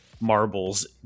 marbles